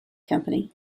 company